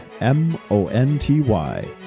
M-O-N-T-Y